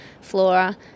flora